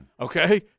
Okay